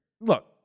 look